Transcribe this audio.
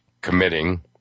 committing